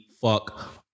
fuck